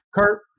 Kurt